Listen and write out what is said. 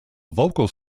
vocal